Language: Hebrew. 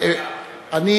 כלכלה, כלכלה.